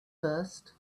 first